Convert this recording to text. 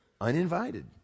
uninvited